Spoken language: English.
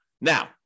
Now